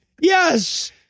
Yes